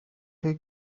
chi